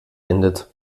endet